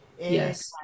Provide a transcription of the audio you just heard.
Yes